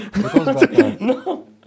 No